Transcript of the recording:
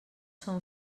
són